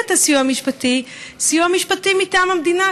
את הסיוע המשפטי סיוע משפטי מטעם המדינה,